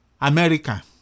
America